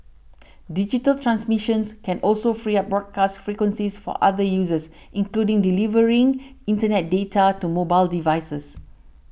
digital transmissions can also free up broadcast frequencies for other uses including delivering Internet data to mobile devices